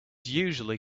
usually